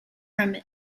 from